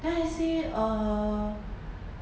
then I say err